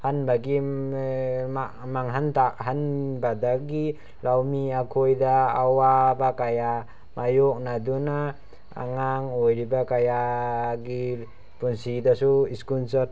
ꯍꯟꯕꯒꯤ ꯃꯥꯡꯍꯟ ꯇꯥꯛꯍꯟꯕꯗꯒꯤ ꯂꯧꯃꯤ ꯑꯩꯈꯣꯏꯗ ꯑꯋꯥꯕ ꯀꯌꯥ ꯃꯥꯏꯌꯣꯛꯅꯗꯨꯅ ꯑꯉꯥꯡ ꯑꯣꯏꯔꯤꯕ ꯀꯌꯥꯒꯤ ꯄꯨꯟꯁꯤꯗꯁꯨ ꯁ꯭ꯀꯨꯟ